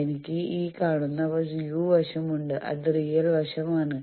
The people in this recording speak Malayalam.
എനിക്ക് ഈ കാണുന്ന u വശമുണ്ട് അത് റിയൽ വശം ആണ്